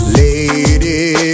lady